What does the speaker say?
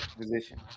position